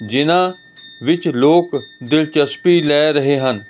ਜਿਹਨਾਂ ਵਿੱਚ ਲੋਕ ਦਿਲਚਸਪੀ ਲੈ ਰਹੇ ਹਨ